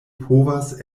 povas